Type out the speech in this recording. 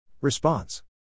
Response